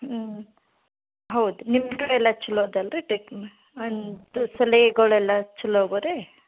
ಹ್ಞೂ ಹೌದು ನಿಮ್ಮದು ಎಲ್ಲ ಎಲ್ಲ ಚಲೋ ಅದು ಅಲ್ರಿ ಚಲೋಗ ರೀ